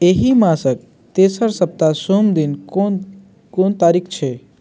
एहि मासके तेसर सप्ताह सोम दिन कोन कोन तारीख छै